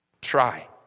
Try